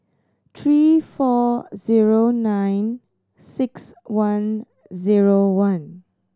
three four zero nine six one zero one